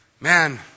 man